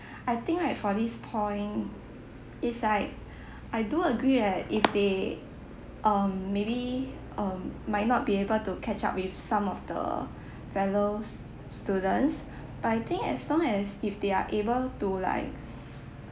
I think right for this point it's like I do agree right if they um maybe um might not be able to catch up with some of the fellows students but I think as long as if they are able to like